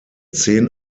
zehn